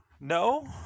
No